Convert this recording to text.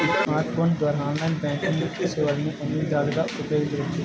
smart ఫోన్ల ద్వారా online banking సేవల్ని అన్ని విధాలుగా ఉపయోగించవచ్చు